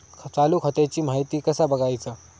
चालू खात्याची माहिती कसा बगायचा?